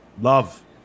Love